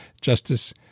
Justice